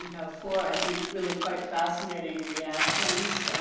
have four i think really quite fascinating reactions.